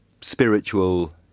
spiritual